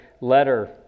letter